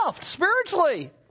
spiritually